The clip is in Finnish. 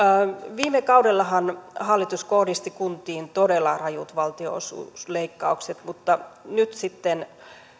viime kaudellahan hallitus kohdisti kuntiin todella rajut valtionosuusleikkaukset mutta sitten